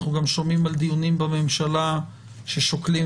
אנחנו שומעים על דיונים בממשלה ששוקלים